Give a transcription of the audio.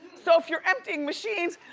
so if you're emptying machines,